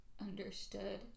understood